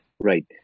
Right